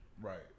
Right